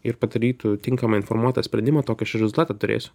ir padarytų tinkamą informuotą sprendimą tokį aš ir rezultatą turėsiu